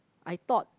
I thought